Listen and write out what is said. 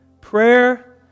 Prayer